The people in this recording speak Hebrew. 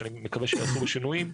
שאני מקווה שיעשו לו שינויים,